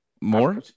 More